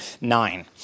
nine